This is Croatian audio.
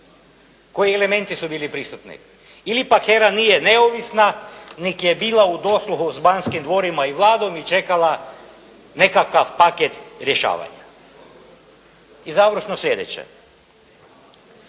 Koji elementi su bili prisutni? Ili pak HERA nije neovisna nek' je bila u dosluhu sa Banskim dvorima i Vladom i čekala nekakav paket rješavanja. I završno sljedeće.